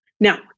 Now